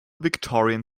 victorian